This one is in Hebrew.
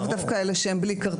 לאו דווקא אלו שהם בלי כרטיס.